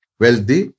wealthy